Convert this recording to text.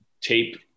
tape